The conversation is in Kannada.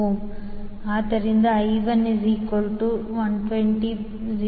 69 ಆದ್ದರಿಂದ I1120∠0Zin120∠010